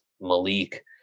Malik